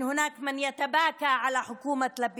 אני רוצה להפנות כמה מילים בערבית.